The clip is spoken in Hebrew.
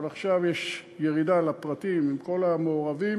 אבל עכשיו יש ירידה לפרטים עם כל המעורבים